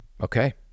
Okay